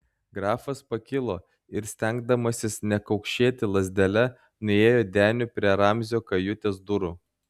grafas pakilo ir stengdamasis nekaukšėti lazdele nuėjo deniu prie ramzio kajutės durų